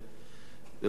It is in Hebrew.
בבקשה להשיב על ההצעה